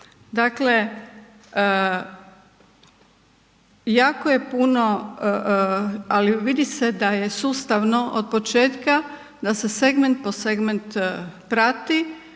Dakle, jako je puno ali vidi se da je sustavno od početka, da se segment po segment prati,